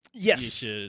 Yes